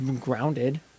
grounded